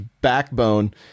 backbone